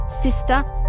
sister